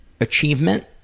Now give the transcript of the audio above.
achievement